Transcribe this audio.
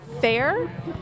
Fair